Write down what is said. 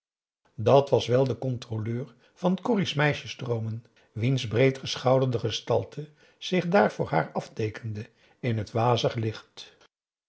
dàt was wel de controleur van corrie's meisjesdroomen wiens breedgeschouderde gestalte zich dààr voor haar afteekende in het wazig licht